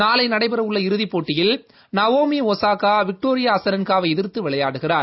நாளை நடைபெறவுள்ள இறுதிப் போட்டியில் நவோமி ஒசாகா விக்டோரியா அசரென்கா வை எதிர்த்து விளையாடுகிறார்